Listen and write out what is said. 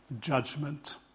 judgment